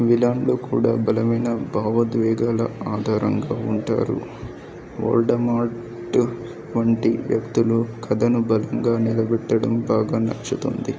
విలాండు కూడా బలమైన భావోద్వేగాల ఆధారంగా ఉంటారు ఓర్డమార్ట్ వంటి వ్యక్తులు కథను బలంగా నిలబెట్టడం బాగా నచ్చుతుంది